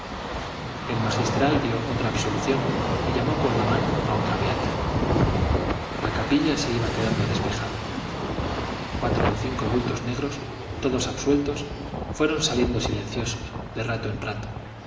el magistral dio otra absolución y llamó con la mano a otra beata la capilla se iba quedando despejada cuatro o cinco bultos negros todos absueltos fueron saliendo silenciosos de rato en rato